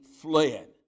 fled